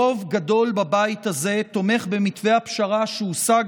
רוב גדול בבית הזה תומך במתווה הפשרה שהושג